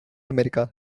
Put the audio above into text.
america